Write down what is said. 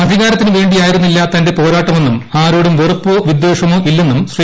അധികാരത്തിന് വേണ്ടിയായിരുന്നില്ല തന്റെ പോരാട്ടമെന്നും ആരോടും വെറുപ്പോ വിദ്ദേഷമോ ഇല്ലെന്നും ശ്രീ